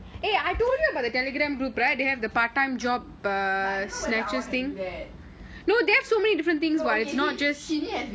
but I don't know if I wanna do that